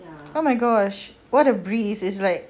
oh my gosh what a breeze it's like